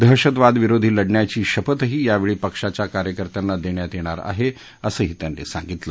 दहशतवाद विरोधी लढण्याची शपथही यावेळी पक्षाच्या कार्यकर्त्यांना देण्यात येणार आहे असंही त्यांनी सांगितलं